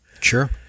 Sure